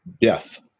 death